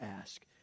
ask